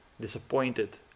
disappointed